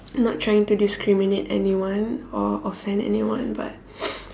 not trying to discriminate anyone or offend anyone but